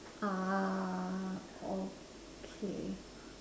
ah okay